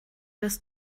des